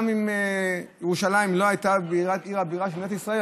גם אם ירושלים לא הייתה עיר הבירה של מדינת ישראל,